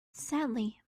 sadly